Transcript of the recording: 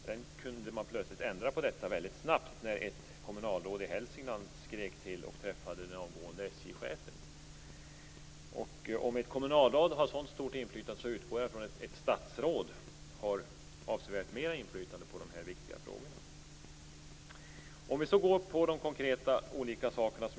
Sedan kunde man ändra på detta väldigt snabbt när ett kommunalråd i Hälsingland skrek till och träffade den avgående SJ-chefen. Om ett kommunalråd har ett sådant stort inflytande utgår jag från att ett statsråd har avsevärt mer inflytande på de här viktiga frågorna.